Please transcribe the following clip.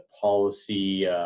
policy